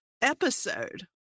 episode